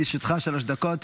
לרשותך שלוש דקות.